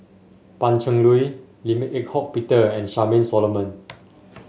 Pan Cheng Lui Lim Eng Hock Peter and Charmaine Solomon